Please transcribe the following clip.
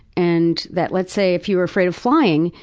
and that, let's say if you were afraid of flying,